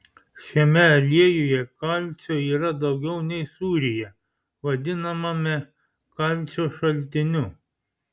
šiame aliejuje kalcio yra daugiau nei sūryje vadinamame kalcio šaltiniu